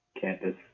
campus